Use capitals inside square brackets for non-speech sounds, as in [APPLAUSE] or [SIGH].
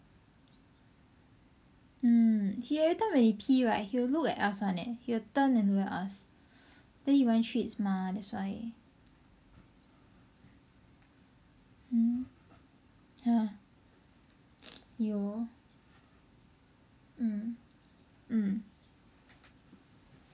mm he everytime when he pee right he will look at us one leh he will turn and look at us then he want treats mah thats why mm ya [NOISE] mm mm